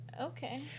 Okay